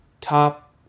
top